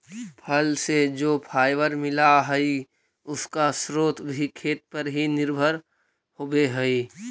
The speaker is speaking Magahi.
फल से जो फाइबर मिला हई, उसका स्रोत भी खेत पर ही निर्भर होवे हई